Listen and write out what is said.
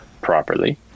properly